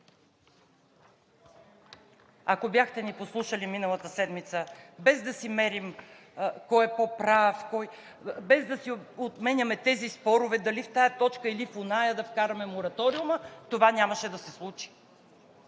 Ако ни бяхте послушали миналата седмица, без да се мерим кой е по-прав, без да отменяме тези спорове дали в тази точка или в онази да вкараме мораториума, това нямаше да се случи.